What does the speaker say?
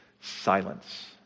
silence